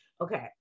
Okay